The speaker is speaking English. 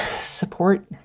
support